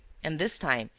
and, this time,